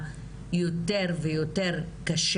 ברגע שאין ביטחון סוציאלי וביטוח לאומי או אפשרות להשתלב בקורסים של